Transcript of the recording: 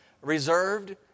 reserved